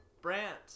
Brant